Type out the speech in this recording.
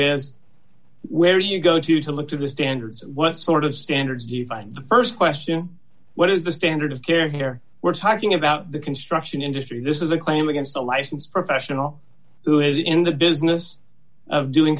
is where you go to to look to the standards what sort of standards you find the st question what is the standard of care here we're talking about the construction industry this is a claim against a licensed professional who is in the business of doing